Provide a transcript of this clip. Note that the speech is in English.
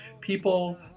people